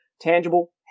tangible